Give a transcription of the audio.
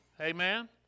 amen